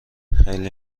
خیلی